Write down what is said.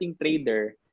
trader